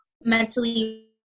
mentally